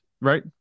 Right